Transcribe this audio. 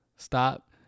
Stop